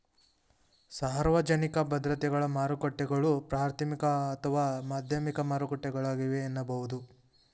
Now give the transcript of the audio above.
ಸಾರ್ವಜನಿಕ ಭದ್ರತೆಗಳ ಮಾರುಕಟ್ಟೆಗಳು ಪ್ರಾಥಮಿಕ ಅಥವಾ ಮಾಧ್ಯಮಿಕ ಮಾರುಕಟ್ಟೆಗಳಾಗಿವೆ ಎನ್ನಬಹುದು